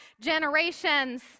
generations